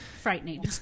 frightening